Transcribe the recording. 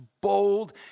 bold